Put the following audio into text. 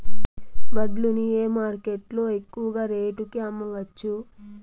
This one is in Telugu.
వడ్లు ని ఏ మార్కెట్ లో ఎక్కువగా రేటు కి అమ్మవచ్చు?